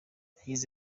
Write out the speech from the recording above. yagize